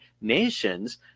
nations